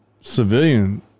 civilian